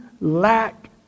lack